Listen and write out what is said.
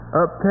up